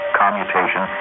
commutation